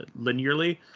linearly